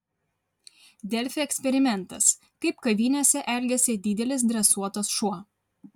delfi eksperimentas kaip kavinėse elgiasi didelis dresuotas šuo